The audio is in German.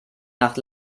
nacht